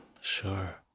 sure